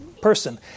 person